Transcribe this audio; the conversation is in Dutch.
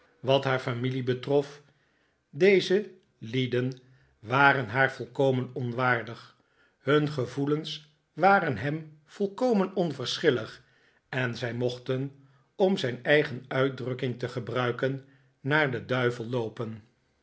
wat haar familie betrof deze david copperfleld lieden waren haar volkomen onwaardig hun gevoelens waren hem volkomen onverschillig en zij mochten om zijn eigen uitdrukking te gebruiken naar den duivel loopen